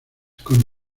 con